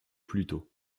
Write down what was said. pluto